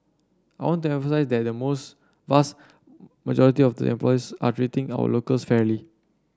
I want to emphasise that the most vast majority of the employers are treating our locals fairly